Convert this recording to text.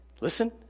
Listen